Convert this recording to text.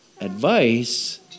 advice